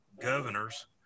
governors